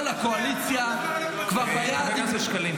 כל הקואליציה ----- חבר הכנסת שקלים,